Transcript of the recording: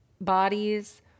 bodies